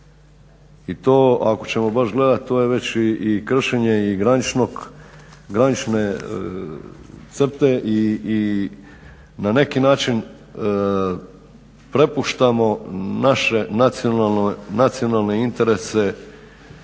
i to ako ćemo baš gledati to je već i kršenje i granične crte i na neki način prepuštamo naše nacionalne interese